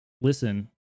listen